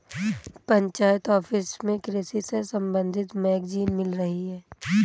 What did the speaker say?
panchayat office में कृषि से संबंधित मैगजीन मिल रही है